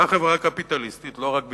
והחברה הקפיטליסטית, לא רק בישראל,